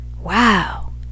wow